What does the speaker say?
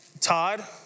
Todd